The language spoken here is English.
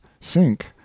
sink